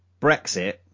Brexit